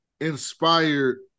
Inspired